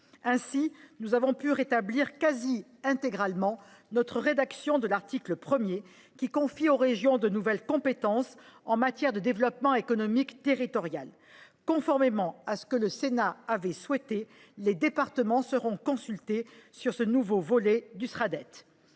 Ainsi, nous avons pu rétablir, quasi intégralement, notre rédaction de l’article 1, qui confie aux régions de nouvelles compétences en matière de développement économique territorial. Conformément à ce que le Sénat avait souhaité, les départements seront consultés sur ce nouveau volet du schéma